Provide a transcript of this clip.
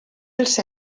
els